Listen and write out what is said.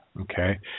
Okay